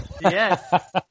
Yes